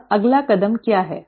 और अगला कदम क्या है